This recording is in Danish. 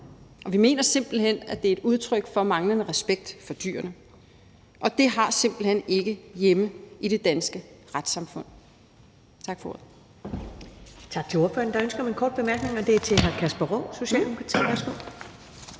og vi mener simpelt hen, at det er et udtryk for manglende respekt for dyrene, og at det ikke hører hjemme i det danske retssamfund. Tak for ordet.